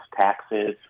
taxes